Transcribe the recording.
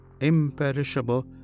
imperishable